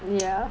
ya